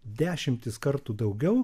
dešimtis kartų daugiau